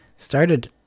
started